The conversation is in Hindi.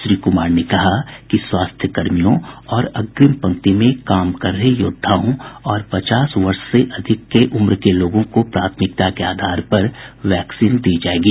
श्री कुमार ने कहा कि स्वास्थ्य कर्मियों और अग्रिम पंक्ति में कार्य कर रहे योद्धाओं और पचास वर्ष से ऊपर के लोगों को प्राथमिकता के आधार पर वैक्सीन दी जाएगी